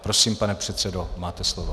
Prosím, pane předsedo, máte slovo.